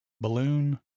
balloon